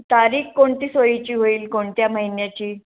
तारीख कोणती सोयीची होईल कोणत्या महिन्याची